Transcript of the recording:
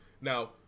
Now